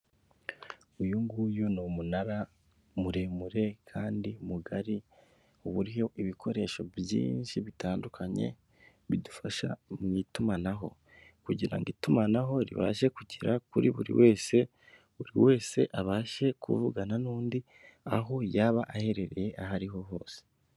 Uyu nguyu ni umunara muremure kandi mugari, uburyo ibikoresho byinshi bitandukanye bidufasha mu itumanaho kugira ngo itumanaho ribashe kugera kuri buri wese, buri wese abashe kuvugana n'undi aho yaba aherereye aho ariho hose.